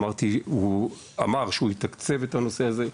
והוא אמר שהוא יתקצב את הנושא הזה.